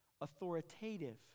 Authoritative